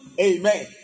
Amen